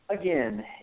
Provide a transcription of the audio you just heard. again